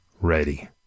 ready